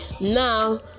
now